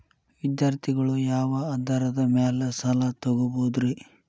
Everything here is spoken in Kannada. ವಿದ್ಯಾರ್ಥಿಗಳು ಯಾವ ಆಧಾರದ ಮ್ಯಾಲ ಸಾಲ ತಗೋಬೋದ್ರಿ?